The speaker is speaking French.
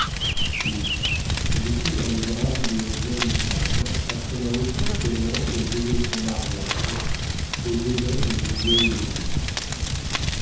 oui j'étais dans le drame d'une jeune femme apprenant officiellement qu'elle devait son mariage aux dédains d'une vieille blonde